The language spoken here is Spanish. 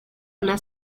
una